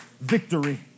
victory